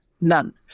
None